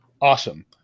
awesome